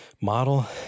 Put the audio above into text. model